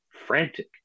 Frantic